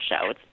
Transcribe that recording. show